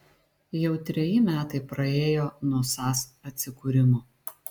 jau treji metai praėjo nuo sas atsikūrimo